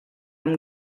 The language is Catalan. amb